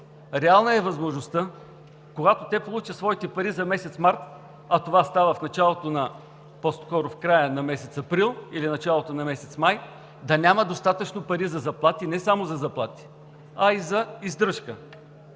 Реална е възможността, когато те получат своите пари за месец март, а това става в края на месец април или в началото на месец май, да няма достатъчно пари за заплати, не само за заплати, а и за издръжка.